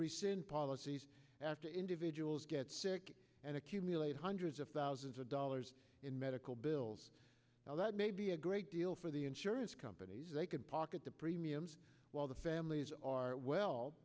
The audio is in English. rescind policies after individuals get sick and accumulate hundreds of thousands of dollars in medical bills now that may be a great deal for the insurance companies they can pocket the premiums while the families are well